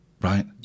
Right